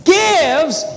gives